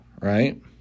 right